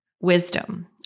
wisdom